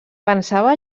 pensava